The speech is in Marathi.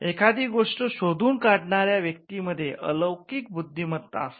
एखादी गोष्ट शोधून काढणाऱ्या व्यक्तीमध्ये अलौकिक बुद्धिमत्ता असते